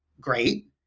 great